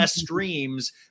streams